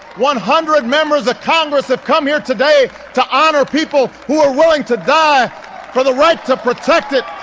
one hundred members of congress have come here today to honour people who were willing to die for the right to protect it.